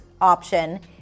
option